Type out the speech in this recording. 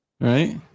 Right